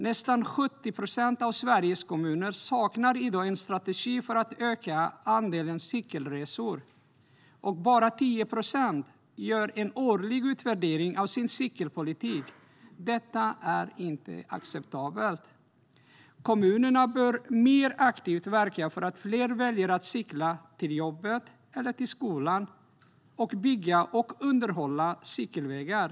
Nästan 70 procent av Sveriges kommuner saknar i dag en strategi för att öka andelen cykelresor, och bara 10 procent gör en årlig utvärdering av sin cykelpolitik. Detta är inte acceptabelt. Kommunerna bör mer aktivt verka för att fler väljer att cykla till jobbet eller skolan och bygga och underhålla cykelvägar.